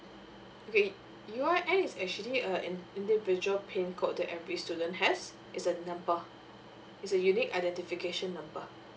okay U_R_N is actually a an individual P_I_N code that every student has it's a number it' s a unique identification number